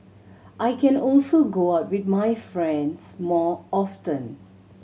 I can also go out with my friends more often